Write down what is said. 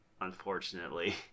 unfortunately